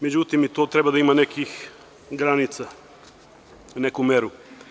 Međutim, i to treba da ima nekih granica, neku meru.